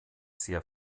sehr